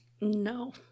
No